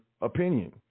opinion